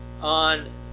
on